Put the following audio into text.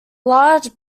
large